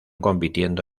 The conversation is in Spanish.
compitiendo